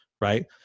right